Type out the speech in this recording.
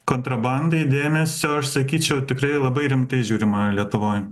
kontrabandai dėmesio aš sakyčiau tikrai labai rimtai žiūrima lietuvoj